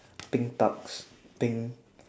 pink tux pink